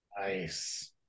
Nice